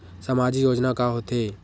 सामाजिक योजना का होथे?